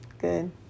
Good